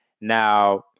Now